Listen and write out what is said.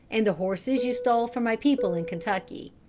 and the horses you stole from my people in kentucky.